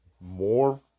more